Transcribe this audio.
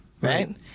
Right